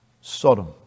Sodom